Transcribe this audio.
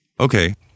Okay